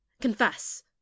confess